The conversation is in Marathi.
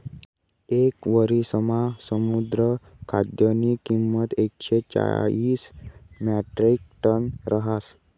येक वरिसमा समुद्र खाद्यनी किंमत एकशे चाईस म्याट्रिकटन रहास